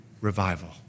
revival